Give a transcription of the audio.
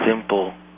simple